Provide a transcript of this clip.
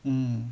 mm